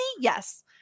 Yes